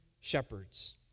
shepherds